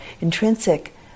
intrinsic